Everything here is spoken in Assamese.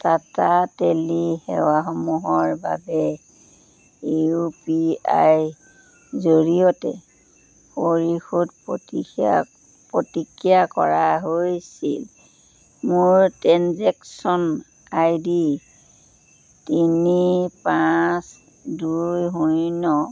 টাটা টেলি সেৱাসমূহৰ বাবে ইউ পি আইৰ জৰিয়তে পৰিশোধ প্ৰতিক্ৰিয়া প্ৰতিক্ৰিয়া কৰা হৈছিল মোৰ ট্ৰেনজেকশ্যন আইডি তিনি পাঁচ দুই শূন্য